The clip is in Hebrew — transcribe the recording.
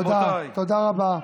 תודה, תודה רבה.